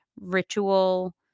ritual